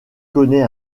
connait